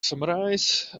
summarize